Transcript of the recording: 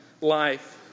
life